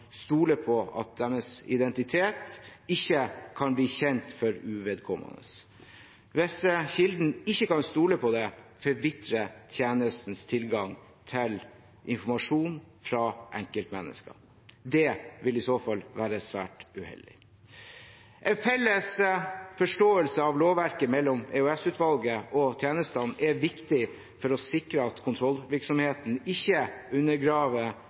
stole på at deres identitet ikke kan bli kjent for uvedkommende. Hvis kilden ikke kan stole på det, forvitrer tjenestenes tilgang til informasjon fra enkeltmennesker. Det vil i så fall være svært uheldig. En felles forståelse av lovverket mellom EOS-utvalget og tjenestene er viktig for å sikre at kontrollvirksomheten ikke